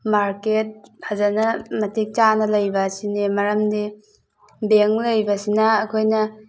market ꯐꯖꯅ ꯃꯇꯤꯛ ꯆꯥꯅ ꯂꯩꯕ ꯑꯁꯤꯅꯦ ꯃꯔꯝꯗꯤ ꯕꯦꯡ ꯂꯩꯕꯁꯤꯅ ꯑꯩꯈꯣꯏꯅ